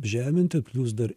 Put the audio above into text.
žeminti jūs dar